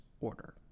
order